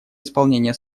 исполнения